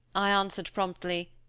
i answered promptly,